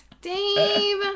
dave